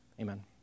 Amen